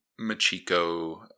Machiko